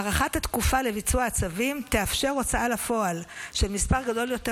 הארכת התקופה לביצוע הצווים תאפשר הוצאה לפועל של מספר גדול יותר